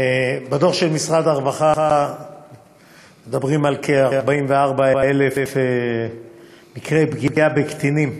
בדוח של משרד הרווחה מדברים על כ-44,000 מקרי פגיעה בקטינים,